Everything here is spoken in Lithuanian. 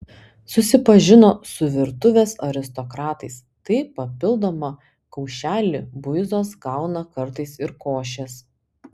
susipažino su virtuvės aristokratais tai papildomą kaušelį buizos gauna kartais ir košės